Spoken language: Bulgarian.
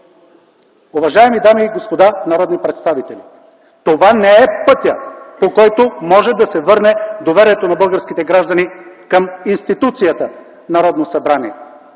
Уважаеми дами и господа народни представители, това не е пътят, по който може да се върне доверието на българските граждани към институцията Народно събрание,